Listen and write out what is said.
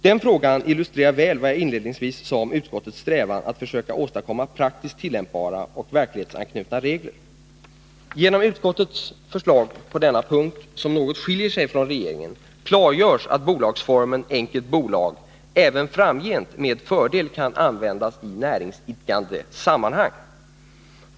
Den frågan illustrerar väl vad jag inledningsvis sade om utskottets strävan att försöka åstadkomma praktiskt tillämpbara och verklighetsanknutna regler. Genom utskottets förslag på denna punkt, som något skiljer sig från regeringens, klargörs att bolagsformen enkelt bolag även framgent med fördel kan användas i näringsidkande sammanhang.